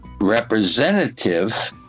representative